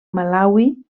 malawi